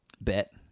Bet